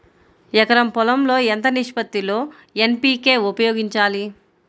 ఎకరం పొలం లో ఎంత నిష్పత్తి లో ఎన్.పీ.కే ఉపయోగించాలి?